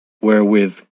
WHEREWITH